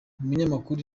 umunyamakuru